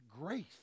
grace